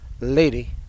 lady